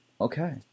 Okay